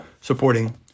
supporting